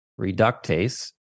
reductase